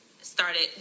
Started